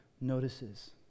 notices